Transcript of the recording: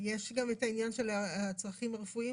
ויש גם את העניין של הצרכים הרפואיים